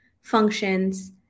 functions